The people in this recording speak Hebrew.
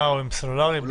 עם סלולרי בלי קליטה.